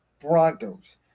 Broncos